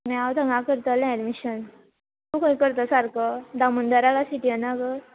आनी हांव थंगा करतलें एडमिशन तूं खंय करतां सारको दामोंदराक काय सिटीयनाक